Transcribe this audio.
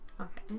Okay